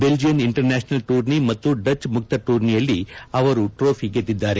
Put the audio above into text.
Belgian international tourney ಮತ್ತು Dutch ಮುಕ್ತ ಟೂರ್ನಿಯಲ್ಲಿ ಟ್ರೋಫಿ ಗೆದ್ದಿದ್ದಾರೆ